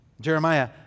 Jeremiah